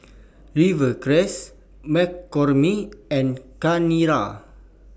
Rivercrest McCormick and Chanira